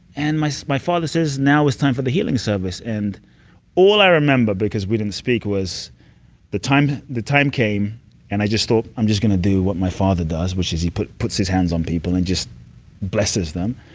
and my so my father says, now is time for the healing service, and all i remember, because we didn't speak was the time the time came and i just thought, i'm just going to do what my father does, which is he puts puts his hands on people and just blesses them,